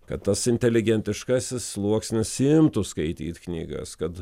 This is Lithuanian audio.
kad tas inteligentiškasis sluoksnis imtų skaityt knygas kad